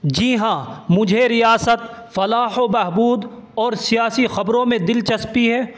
جی ہاں مجھے ریاست فلاح و بہبود اور سیاسی خبروں میں دلچسپی ہے